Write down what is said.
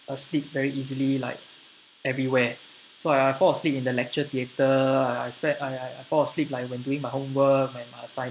asleep very easily like everywhere so I I fall asleep in the lecture theatre I spend I I fall asleep when doing my homework my my assignment